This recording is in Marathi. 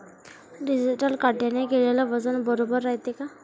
डिजिटल काट्याने केलेल वजन बरोबर रायते का?